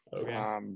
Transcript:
Okay